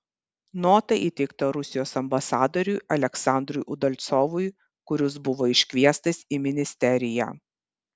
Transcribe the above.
nota įteikta rusijos ambasadoriui aleksandrui udalcovui kuris buvo iškviestas į ministeriją